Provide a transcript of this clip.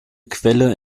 quelle